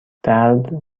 درد